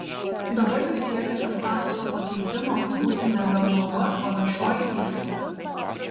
dabar jūs siekiate statuso pakeitimo būti nebe uab o viešoji įstaiga